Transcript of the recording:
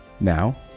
Now